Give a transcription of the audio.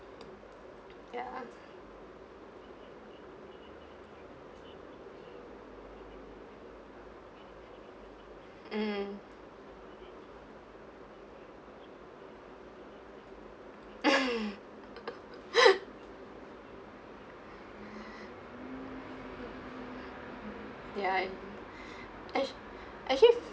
ya mmhmm ya ac~ actually